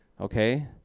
okay